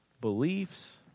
beliefs